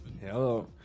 Hello